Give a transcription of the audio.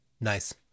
Nice